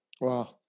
Wow